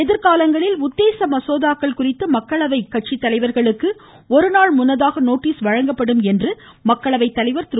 எதிர்காலங்களில் உத்தேச மசோதாக்கள் குறித்து மக்களவை கட்சி தலைவர்களுக்கு ஒருநாள் முன்னதாக நோட்டீஸ் வழங்கப்படும் என்று மக்களவை தலைவர் திரு